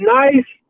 nice